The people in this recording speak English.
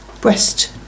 breast